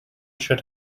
should